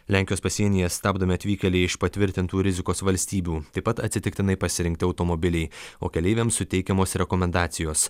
lenkijos pasienyje stabdomi atvykėliai iš patvirtintų rizikos valstybių taip pat atsitiktinai pasirinkti automobiliai o keleiviams suteikiamos rekomendacijos